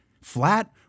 flat